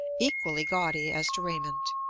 equally gaudy as to raiment,